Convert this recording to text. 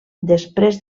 després